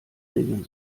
regeln